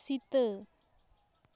ᱥᱤᱛᱟᱹ